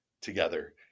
together